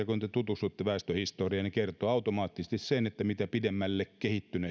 kun te tutustutte väestöhistoriaan niin ihmiskunnan kehityshistoria kertoo automaattisesti sen että mitä pidemmälle kehittynyt